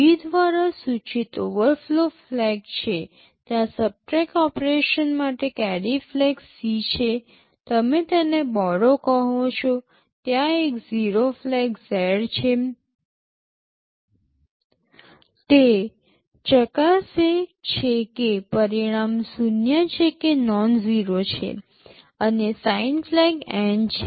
V દ્વારા સૂચિત overflow flag છે ત્યાં સબટ્રેક ઓપરેશન માટે કેરી ફ્લેગ C છે તમે તેને બોરો કહો છો ત્યાં એક જીરો ફ્લેગ Z છે તે ચકાસે છે કે પરિણામ શૂન્ય છે કે નોનઝીરો છે અને સાઇન ફ્લેગ N છે